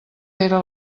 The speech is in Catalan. era